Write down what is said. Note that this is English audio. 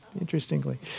interestingly